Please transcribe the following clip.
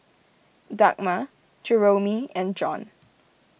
Dagmar Jeromy and John